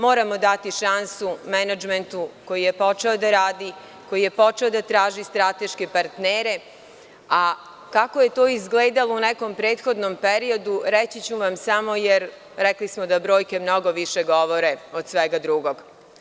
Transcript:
Moramo dati šansu menadžmentu koji je počeo da radi, koji je počeo da traži strateške partnere, a kako je to izgledalo u nekom prethodnom periodu reći ću vam samo jer smo rekli da brojke mnogo više govore od svega drugog.